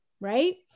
right